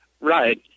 right